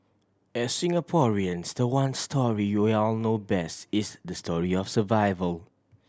as Singaporeans the one story know best is the story of survival